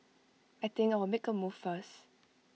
I think I'll make A move first